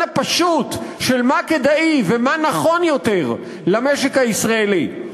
הפשוט של מה כדאי ומה נכון יותר למשק הישראלי.